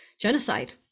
genocide